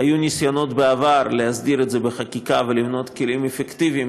היו ניסיונות בעבר להסדיר את זה בחקיקה ולבנות כלים אפקטיביים,